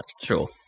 Sure